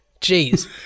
Jeez